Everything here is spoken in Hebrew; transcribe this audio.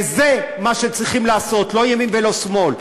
זה מה שצריכים לעשות, לא ימין ולא שמאל.